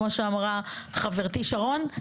כמו שאמרה חברתי שרון,